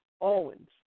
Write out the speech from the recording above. Owens